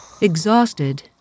Exhausted